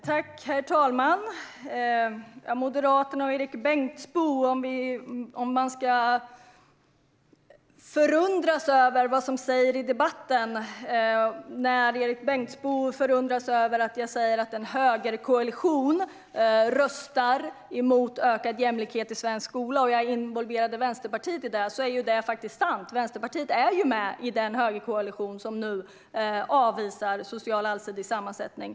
Herr talman! Erik Bengtzboe från Moderaterna! Visst kan man förundras över vad som sägs i debatten. Erik Bengtzboe förundras över att jag säger att en högerkoalition röstar emot ökad jämlikhet i svensk skola och samtidigt involverar Vänsterpartiet i det. Men detta är ju sant. Vänsterpartiet är med i den högerkoalition som nu avvisar en allsidig social sammansättning.